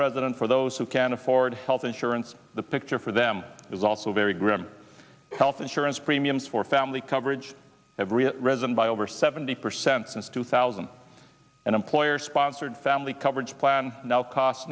president for those who can afford health insurance the picture for them is also very grim health insurance premiums for family coverage every resident by over seventy percent since two thousand and employer sponsored family coverage plan now costs